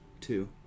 two